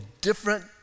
different